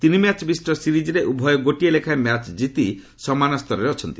ତିନି ମ୍ୟାଚ୍ ବିଶିଷ୍ଟ ସିରିଜ୍ରେ ଉଭୟ ଗୋଟିଏ ଲେଖାଏଁ ମ୍ୟାଚ୍ ଜିତି ସମାନ ସ୍ତରରେ ଅଛନ୍ତି